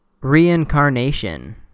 reincarnation